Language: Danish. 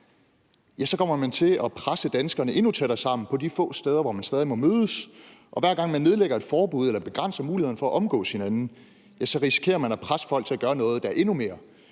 sig, så kommer man til at presse danskerne endnu tættere sammen på de få steder, hvor man stadig må mødes. Og hver gang man nedlægger forbud eller begrænser mulighederne for at omgås hinanden, så risikerer man at presse folk til at gøre noget, der er endnu mere